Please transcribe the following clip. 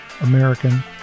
American